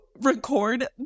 record